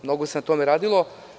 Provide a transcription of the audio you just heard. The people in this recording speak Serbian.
Mnogo se na tome radilo.